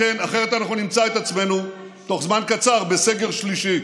אחרת אנחנו נמצא את עצמנו בתוך זמן קצר בסגר שלישי.